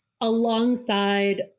Alongside